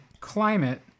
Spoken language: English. climate